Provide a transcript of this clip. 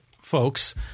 folks